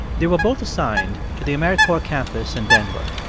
they were both assigned to the americorps campus in denver.